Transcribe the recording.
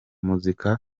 muzika